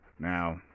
Now